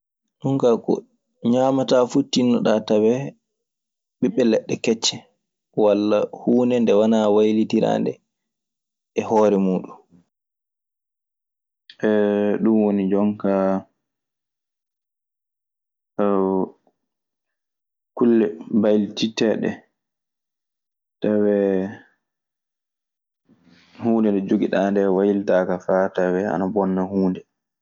Ɗun kaa ko ñaamataa fuu tinnoɗaa tawee ɓiɓɓe leɗɗe kecce; walla huunde nde wanaa waylitiraande e hoore muuɗun. Ɗun woni jonkaa kulle baylitiɗteeɗe ɗee… Tawee huunde nde njogiɗaa ndee waylitaaka faa tawee ana bonna huunde.